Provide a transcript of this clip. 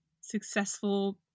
successful